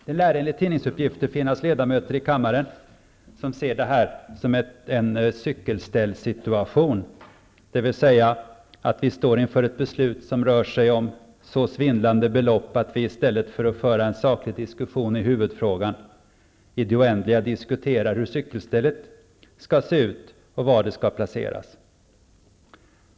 Det lär enligt tidningsuppgifter finnas ledamöter i kammaren som ser detta som en cykelställssituation, dvs. att vi står inför ett beslut som rör sig om så svindlande belopp att vi, i stället för att föra en saklig diskussion i huvudfrågan, i det oändliga diskuterar hur cykelstället skall se ut och var det skall placeras.